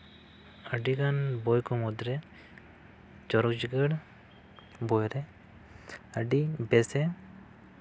ᱟᱹᱰᱤᱜᱟᱱ ᱵᱳᱭ ᱠᱚ ᱢᱩᱫᱽᱨᱮ ᱪᱚᱨᱚᱠ ᱪᱤᱠᱟᱹᱲ ᱵᱳᱭᱨᱮ ᱟᱹᱰᱤ ᱵᱮᱥ